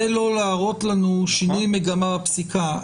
זה לא להראות לנו שינוי מגמה בפסיקה.